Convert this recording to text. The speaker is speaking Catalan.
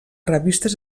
revistes